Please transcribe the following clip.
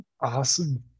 Awesome